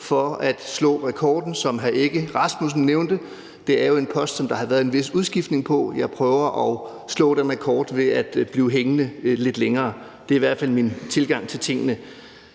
for at slå rekorden, som hr. Søren Egge Rasmussen nævnte, for det er jo en post, som der har været en vis udskiftning på. Jeg prøver at slå den rekord ved at blive hængende lidt længere – det er i hvert fald min tilgang til tingene.